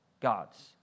God's